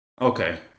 Okay